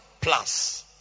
plus